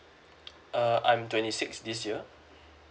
uh I'm twenty six this year